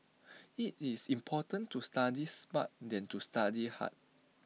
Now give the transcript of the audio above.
IT is more important to study smart than to study hard